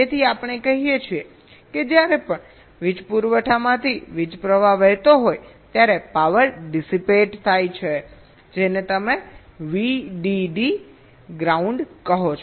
તેથી આપણે કહીએ છીએ કે જ્યારે પણ વીજ પુરવઠોમાંથી વીજપ્રવાહ વહેતો હોય ત્યારે પાવર ડિસીપેટ થાય છે જેને તમે VDD ગ્રાઉન્ડ કહો છો